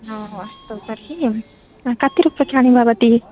अस्तु तर्हि कति रूप्यकाणि भवति